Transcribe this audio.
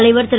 தலைவர் திரு